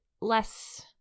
less